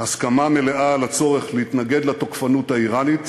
הסכמה מלאה על הצורך להתנגד לתוקפנות האיראנית